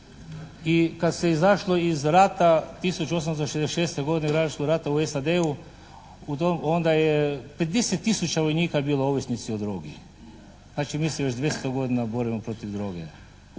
I kad se izašlo iz rata 1866. godine izašlo iz rata u SAD-a u tom, onda je 50 tisuća vojnika je bilo ovisnici o drogi. Znači mi se već 200 godina borimo protiv droge.